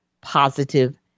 positive